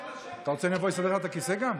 אתה שאני אבוא ואסדר לך את הכיסא גם?